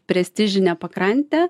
prestižinę pakrantę